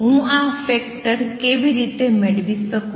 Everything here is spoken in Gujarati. હું આ ફેક્ટર કેવી રીતે મેળવી શકું